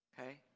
Okay